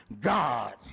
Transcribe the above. God